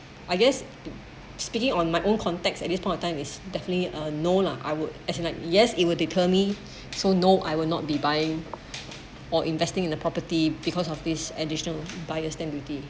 I guess speaking on my own context at this point of time is definitely uh no lah I would actually like yes it will determine so no I will not be buying or investing in the property because of this additional buyer's stamp duty